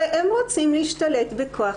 הרי הם רוצים להשתלט בכוח.